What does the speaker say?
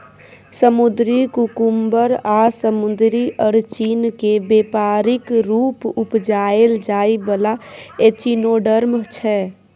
समुद्री कुकुम्बर आ समुद्री अरचिन केँ बेपारिक रुप उपजाएल जाइ बला एचिनोडर्म छै